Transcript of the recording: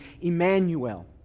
Emmanuel